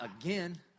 again